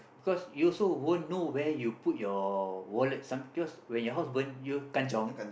cause you also won't know where you put your wallet some because when your house burn you kanchiong